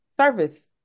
service